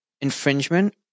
infringement